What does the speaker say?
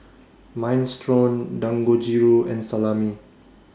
Minestrone Dangojiru and Salami